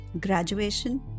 Graduation